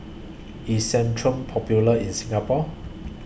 IS Centrum Popular in Singapore